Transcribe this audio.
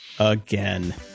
Again